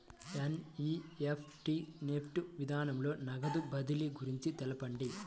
NEFT NEFT విధానంలో నగదు బదిలీ గురించి తెలుపండి?